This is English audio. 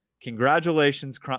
congratulations